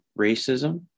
racism